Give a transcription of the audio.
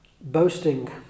boasting